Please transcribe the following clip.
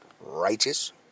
righteous